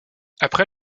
après